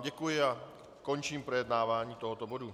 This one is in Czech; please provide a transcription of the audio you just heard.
Děkuji vám a končím projednávání tohoto bodu.